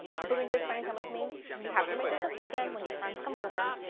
hope you've enjoyed spending time with me, you have to make this this weekend, when your friends come over,